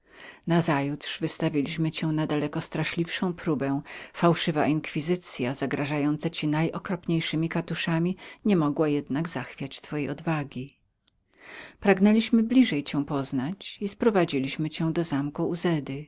nazajutrz wystawiliśmy cię na daleko straszliwszą próbę fałszywa inkwizycya zagrażała ci najokropniejszemi katuszami nie mogła jednak zachwiać twojej odwagi pragnęliśmy bliżej cię poznać i sprowadziliśmy cię do zamku uzedy